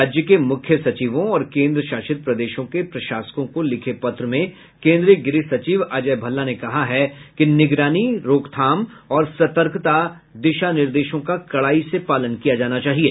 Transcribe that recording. राज्यों के मुख्य सचिवों और केन्द्र शासित प्रदेशों के प्रशासकों को लिखे पत्र में केन्द्रीय गृह सचिव अजय भल्ला ने कहा है कि निगरानी रोकथाम और सतर्कता दिशा निर्देशों का कड़ाई से पालन किया जाना चाहिए